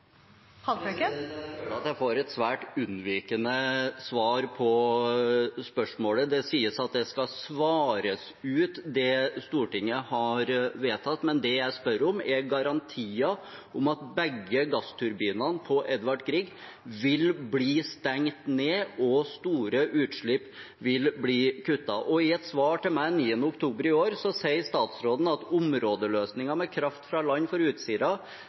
Haltbrekken. Jeg føler at jeg får et svært unnvikende svar på spørsmålet. Det sies at det Stortinget har vedtatt, skal svares ut. Men det jeg spør om, er garantier om at begge gassturbinene på Edvard Grieg vil stenges ned og store utslipp vil kuttes. I et svar til meg den 9.oktober i år sier statsråden at områdeløsningen med kraft fra land